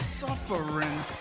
suffering